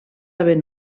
haver